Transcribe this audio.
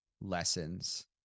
lessons